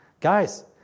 Guys